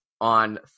on